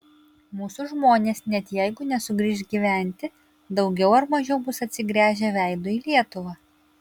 mūsų žmonės net jeigu nesugrįš gyventi daugiau ar mažiau bus atsigręžę veidu į lietuvą